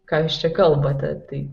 ką jūs čia kalbate tai